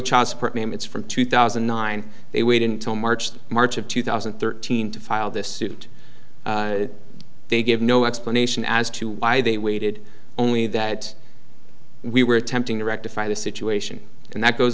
child support payments from two thousand and nine they waited until march to march of two thousand and thirteen to file this suit they gave no explanation as to why they waited only that we were attempting to rectify the situation and that goes